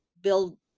build